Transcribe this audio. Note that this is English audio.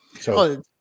So-